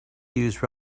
use